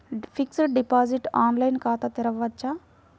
Fixed deposit online ఖాతా తెరువవచ్చా?